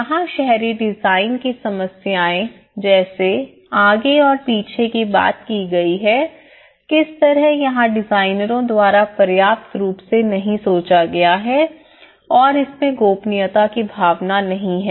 यहां शहरी डिज़ाइन की समस्याएं जैसे आगे और पीछे की बात की गई है कि किस तरह यहां डिजाइनरों द्वारा पर्याप्त रूप से नहीं सोचा गया है और इसमें गोपनीयता की भावना नहीं है